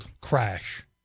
crash